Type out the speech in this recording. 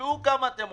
תקבעו כמה אתם רוצים,